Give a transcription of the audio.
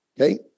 okay